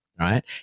right